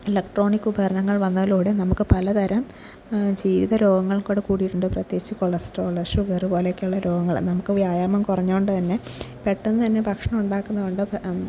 electronic ഉപകരണങ്ങൾ വന്നതിലൂടെ നമുക്ക് പലതരം ജീവിത രോഗങ്ങൾകൂടി കൂടിയിട്ടുണ്ട് പ്രത്യേകിച്ച് കൊളസ്ട്രോൾ ഷുഗർ പോലെയൊക്കെയുള്ള രോഗങ്ങൾ നമുക്ക് വ്യായാമം കുറഞ്ഞതുകൊണ്ടുതന്നെ പെട്ടെന്നുതന്നെ ഭക്ഷണം ഉണ്ടാക്കുന്നതുകൊണ്ട്